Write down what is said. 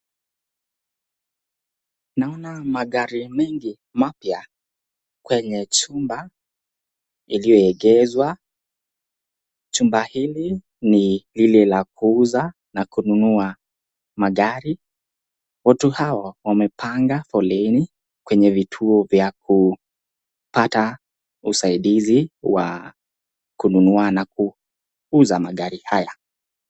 Naona magari mingi mapya kwenye chumba iliyoegeshwa. Chumba hili ni lile la kuuza na kununua magari. Watu hawa wamepanga foleni kwenye vituo vya kupata usaidizi wa kununua na kuuza magari haya.